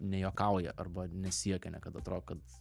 nejuokauja arba nesijuokia niekada atrodo kad